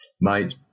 Mate